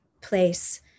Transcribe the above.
place